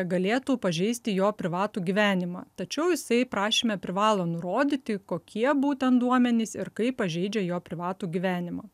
galėtų pažeisti jo privatų gyvenimą tačiau jisai prašyme privalo nurodyti kokie būtent duomenys ir kaip pažeidžia jo privatų gyvenimą